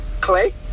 Clay